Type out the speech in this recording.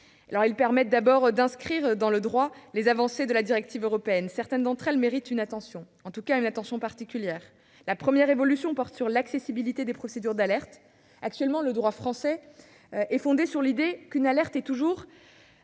permettent d'abord d'inscrire dans notre droit les avancées de la directive européenne. Certaines d'entre elles méritent une attention particulière. Une première évolution porte sur l'accessibilité des procédures d'alerte. Actuellement, le droit français est fondé sur l'idée qu'une alerte est toujours